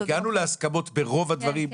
הגענו להסכמות ברוב הדברים,